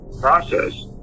process